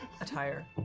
attire